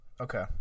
Okay